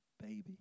baby